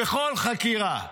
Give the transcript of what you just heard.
בכל חקירה,